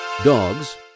Dogs